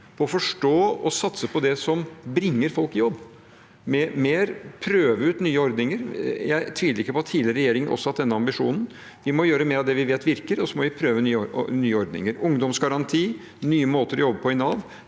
å forstå og satse på det som bringer folk i jobb – prøve ut nye ordninger. Jeg tviler ikke på at tidligere regjeringer også har hatt denne ambisjonen. Vi må gjøre mer av det vi vet virker, og så må vi prøve nye ordninger – ungdomsgaranti, nye måter å jobbe på i Nav.